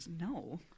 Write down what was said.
no